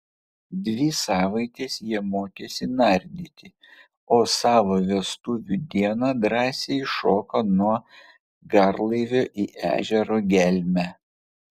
dvi savaites jie mokėsi nardyti o savo vestuvių dieną drąsiai šoko nuo garlaivio į ežero gelmę